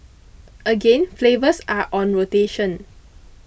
again flavours are on rotation